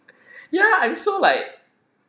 ya I'm so like